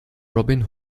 robin